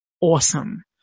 awesome